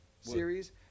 series